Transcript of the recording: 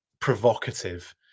provocative